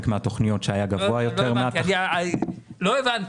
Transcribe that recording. מהתכניות שהיה גבוה יותר --- לא הבנתי.